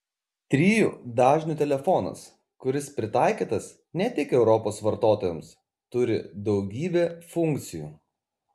trijų dažnių telefonas kuris pritaikytas ne tik europos vartotojams turi daugybę funkcijų